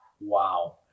Wow